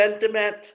sentiment